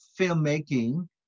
filmmaking